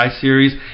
series